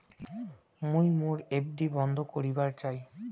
মুই মোর এফ.ডি বন্ধ করিবার চাই